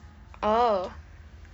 oh